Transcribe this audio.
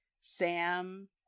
sam